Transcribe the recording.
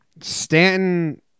Stanton